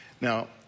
Now